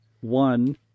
One